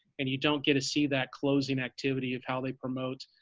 and you don't get to see that closing activity of how they promote.